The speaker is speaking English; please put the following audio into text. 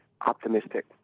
optimistic